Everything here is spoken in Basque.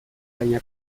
baina